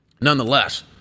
nonetheless